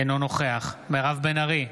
אינו נוכח מירב בן ארי,